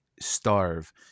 starve